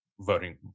voting